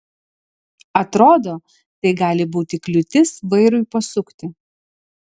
atrodo tai gali būti kliūtis vairui pasukti